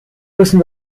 müssen